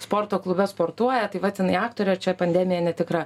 sporto klube sportuoja tai vat jinai aktorė čia pandemija netikra